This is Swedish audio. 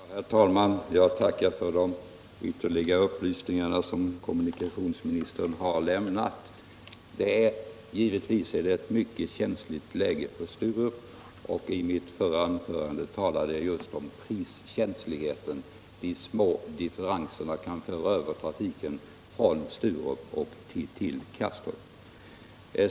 Herr talman! Jag tackar för de ytterligare upplysningar som kommunikationsministern har lämnat. Givetvis befinner sig Sturup i ett mycket känsligt läge. I mitt förra anförande talade jag om just priskänsligheten. De små differenserna kan föra över trafiken från Sturup till Kastrup.